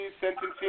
sentencing